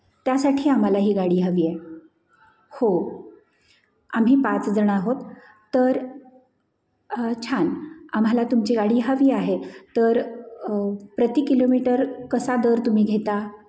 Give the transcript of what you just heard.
त्यासाठी आम्हाला ही गाडी हवी आहे हो आम्ही पाच जणं आहोत तर छान आम्हाला तुमची गाडी हवी आहे तर प्रति किलोमीटर कसा दर तुम्ही घेता